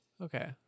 Okay